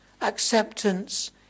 acceptance